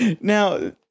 Now